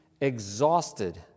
exhausted